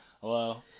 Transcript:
Hello